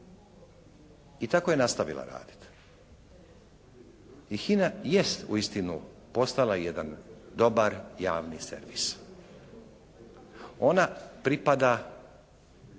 I tako je nastavila raditi. I HINA jest uistinu postala jedan dobar javni servis. Ona pripada